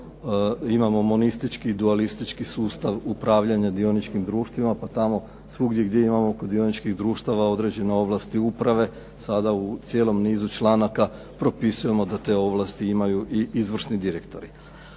imamo monistički i dualistički sustav upravljanja dioničkim društvima, pa tamo svugdje gdje imamo kod dioničkih društava određene ovlasti uprave sada u cijelom nizu članaka propisujemo da te ovlasti imaju i izvršni direktori.